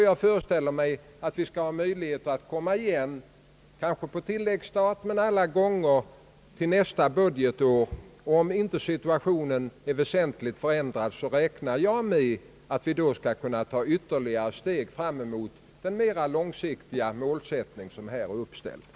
Jag föreställer mig att vi skall ha möjligheter att komma tillbaka, kanske på tilläggsstat men i varje fall till nästa budgetår. Om inte situationen är väsentligt förändrad hoppas jag att vi kan ta ytterligare ett steg fram emot den mera långsiktiga målsättningen.